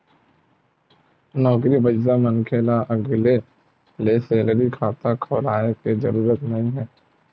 नउकरी पइसा मनखे ल अलगे ले सेलरी खाता खोलाय के जरूरत नइ हे